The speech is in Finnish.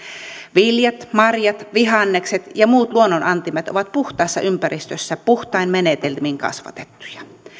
viljat marjat vihannekset ja muut luonnon antimet ovat puhtaassa ympäristössä puhtain menetelmin kasvatettuja